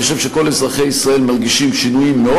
אני חושב שכל אזרחי ישראל מרגישים שינויים מאוד